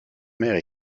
mère